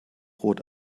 rot